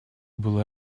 было